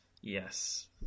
Yes